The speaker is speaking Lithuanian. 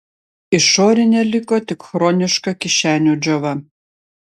išorinė liko tik chroniška kišenių džiova